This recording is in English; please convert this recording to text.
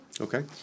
Okay